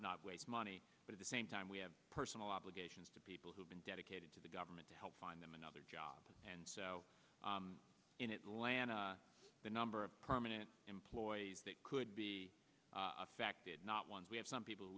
not waste money but the same time we have personal obligations to people who've been dedicated to the government to help find them another job and in atlanta the number of permanent employees that could be affected not ones we have some people